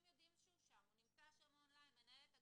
מנהלת הגן,